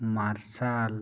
ᱢᱟᱨᱥᱟᱞ